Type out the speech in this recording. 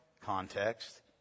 context